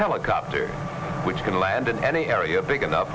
helicopter which can land in any area big enough